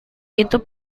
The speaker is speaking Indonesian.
itu